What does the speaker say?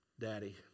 Daddy